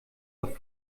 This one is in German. auf